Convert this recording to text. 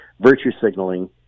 virtue-signaling